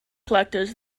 collectors